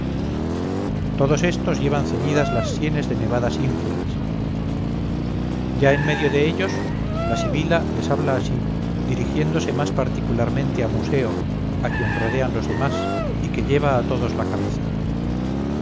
todos estos llevan ceñidas las sienes de nevadas ínfulas ya en medio de ellos la sibila les habla así dirigiéndose más particularmente a museo a quien rodean los demás y que lleva a todos la cabeza